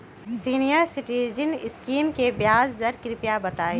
senior citizen scheme के ब्याज दर कृपया बताईं